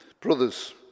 Brothers